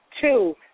Two